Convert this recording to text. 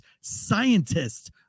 scientists